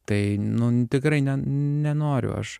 tai nu tikrai ne nenoriu aš